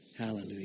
hallelujah